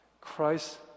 Christ